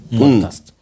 podcast